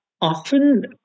often